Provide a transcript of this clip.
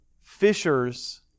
fishers